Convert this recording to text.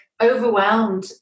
overwhelmed